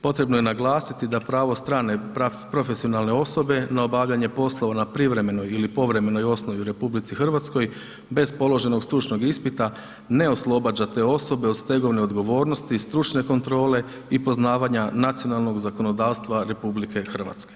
Potrebno je naglasiti da pravo strane profesionalne osobe na obavljanje poslova na privremenoj ii povremenoj osnovi u RH bez položenog stručnog ispita ne oslobađa te osobe od stegovne odgovornosti i stručne kontrole i poznavanja nacionalnog zakonodavstva RH.